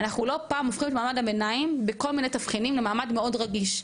אנחנו לא פעם הופכים את מעמד הביניים בכל מיני תבחינים למעמד מאוד רגיש,